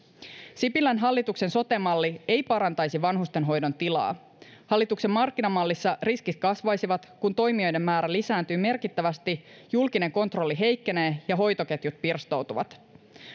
sipilän hallituksen sote malli ei parantaisi vanhustenhoidon tilaa hallituksen markkinamallissa riskit kasvaisivat kun toimijoiden määrä lisääntyy merkittävästi julkinen kontrolli heikkenee ja hoitoketjut pirstoutuvat